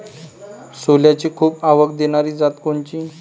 सोल्याची खूप आवक देनारी जात कोनची?